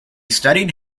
studied